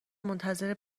منتظر